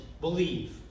believe